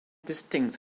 distinct